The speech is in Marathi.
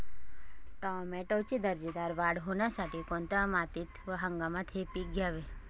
टोमॅटोची दर्जेदार वाढ होण्यासाठी कोणत्या मातीत व हंगामात हे पीक घ्यावे?